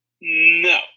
No